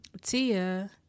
Tia